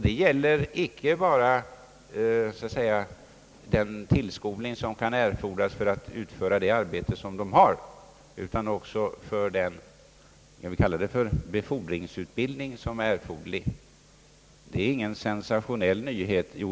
Det gäller här inte bara så att säga den tillskolning som kan erfordras för att de anställda skall kunna utföra det arbete som de har, utan det gäller också den vad vi kan kalla befordringsutbildning som är erforderlig. Detta innebär ingen sensationell nyhet.